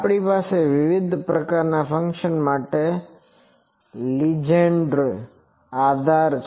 આપણી પાસે વિવિધ પ્રકારના ફંક્શન માટે લિજેન્ડ્રે આધાર છે